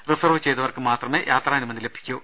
reserve ചെയ്തവർക്ക് മാത്രമേ യാത്രാനുമതി ലഭിക്കൂ